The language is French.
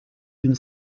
une